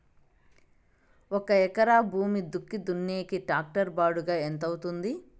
ఒక ఎకరా భూమి దుక్కి దున్నేకి టాక్టర్ బాడుగ ఎంత అవుతుంది?